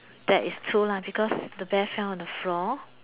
that is true lah because the bear fell on the floor